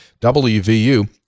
WVU